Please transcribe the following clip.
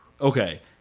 Okay